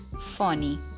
funny